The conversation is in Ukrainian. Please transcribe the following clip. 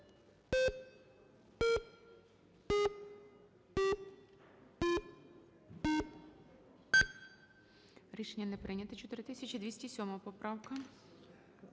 Рішення не прийнято. 4211 поправка.